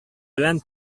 белән